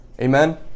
Amen